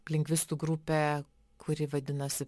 lingvistų grupė kuri vadinosi